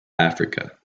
africa